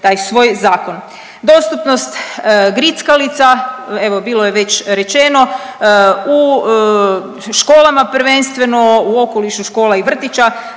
taj svoj zakon. Dostupnost grickalica, evo bilo je već rečeno u školama prvenstveno u okolišu škola i vrtića,